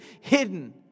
hidden